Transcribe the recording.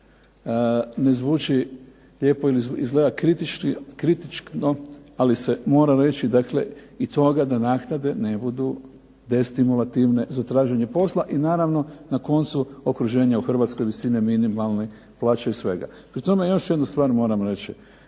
ne zvuči lijepo ili izgleda kritično ali se mora reći dakle i to da naknade ne budu destimulativne za traženje posla i naravno na koncu okruženja u Hrvatskoj visine minimalne plaće i svega. Pri tome još jednu stvar moram reći.